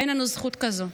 אין לנו זכות כזו.